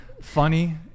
funny